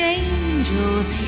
angels